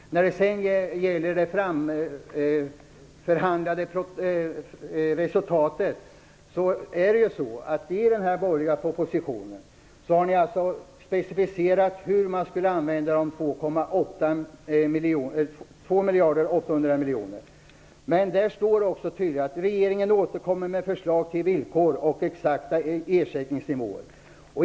När det sedan gäller det framförhandlade resultatet har den borgerliga regeringen i popositionen specifierat hur man skulle använda dessa 2 miljarder 800 000 miljoner. Där står också tydligt att regeringen återkommer med förslag till villkor och exakta ersättningsnivåer.